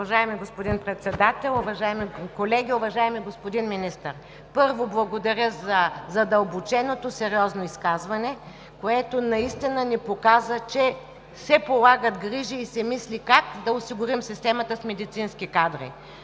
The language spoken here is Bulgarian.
Уважаеми господин Председател, уважаеми колеги, уважаеми господин Министър! Първо, благодаря за задълбоченото сериозно изказване, което ни показа, че се полагат грижи и се мисли как да осигурим системата с медицински кадри.